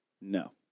No